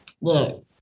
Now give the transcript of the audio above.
Look